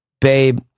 babe